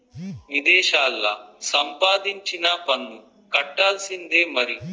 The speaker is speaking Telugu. విదేశాల్లా సంపాదించినా పన్ను కట్టాల్సిందే మరి